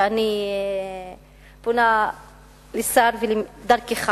ואני פונה לשר דרכך,